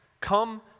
come